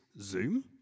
Zoom